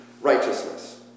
righteousness